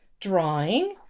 drawing